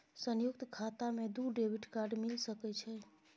संयुक्त खाता मे दू डेबिट कार्ड मिल सके छै?